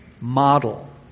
model